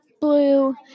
blue